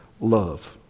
love